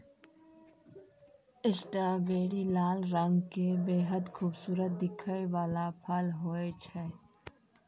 strawberry लाल रंग के बेहद खूबसूरत दिखै वाला फल होय छै